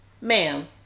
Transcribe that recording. Ma'am